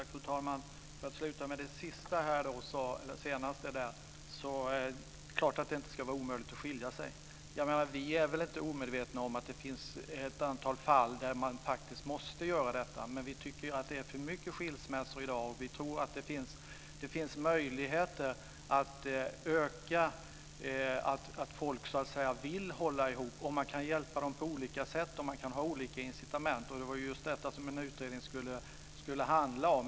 Fru talman! Låt mig börja med det sista. Det är klart att det inte ska vara omöjligt att skilja sig. Vi är inte omedvetna om att det finns ett antal fall där man faktiskt måste göra detta, men vi tycker ju att det är för många skilsmässor i dag. Vi tror att det finns möjligheter för folk att hålla ihop om man kan hjälpa dem på olika sätt. Man kan ha olika incitament för detta, och det var just det som en utredning skulle handla om.